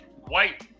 white